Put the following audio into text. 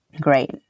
Great